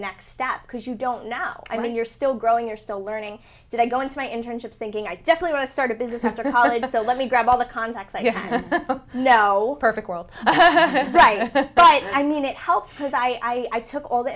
next step because you don't now i mean you're still growing you're still learning that i go into my internship thinking i definitely want to start a business after college so let me grab all the contacts i have no perfect world right but i mean it helped because i took all the